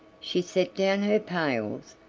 she set down her pails,